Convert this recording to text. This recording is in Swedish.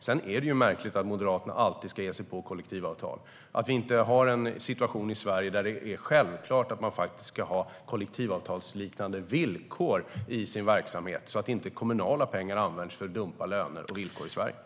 Det är märkligt att Moderaterna alltid ska ge sig på kollektivavtal, att det inte råder en situation i Sverige där det är självklart med kollektivavtalsliknande villkor i sin verksamhet så att inte kommunala pengar används för att dumpa löner och villkor i Sverige.